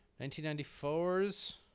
1994's